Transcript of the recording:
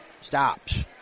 Stops